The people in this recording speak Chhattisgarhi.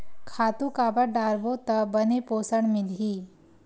खातु काबर डारबो त बने पोषण मिलही?